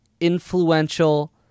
influential